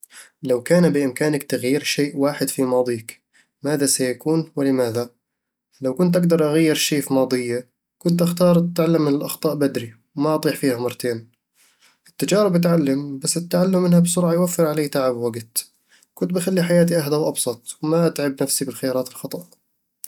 لو كان بإمكانك تغيير شيء واحد في ماضيك، ماذا سيكون، ولماذا؟ لو كنت أقدر أغير شي فماضيي، كنت أختار أتعلم من الأخطاء بدري وما أطيح فيها مرتين التجارب تعلم، بس التعلم منها بسرعه يوفر علي تعب ووقت كنت بخلي حياتي أهدى وأبسط، وما أتعب نفسّي بالخيارات الخطأ